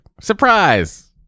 surprise